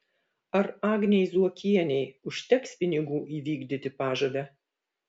ar agnei zuokienei užteks pinigų įvykdyti pažadą